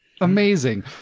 Amazing